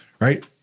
right